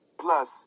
Plus